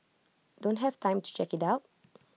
don't have the time to check IT out